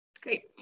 Great